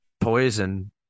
poison